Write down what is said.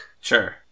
Sure